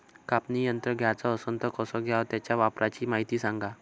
कापनी यंत्र घ्याचं असन त कस घ्याव? त्याच्या वापराची मायती सांगा